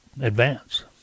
advance